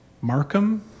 Markham